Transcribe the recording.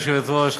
גברתי היושבת-ראש,